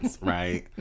right